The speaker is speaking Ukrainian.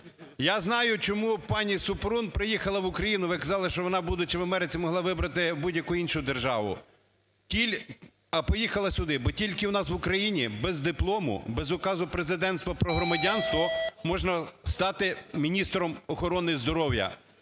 Я знаю, чому пані Супрун приїхала в Україну. Ви казала, що вона, будучи в Америці, могла вибрати будь-яку іншу державу, а поїхала сюди, бо тільки у нас в Україні без диплому, без указу Президента про громадянство, можна стати міністром охорони здоров'я.